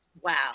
Wow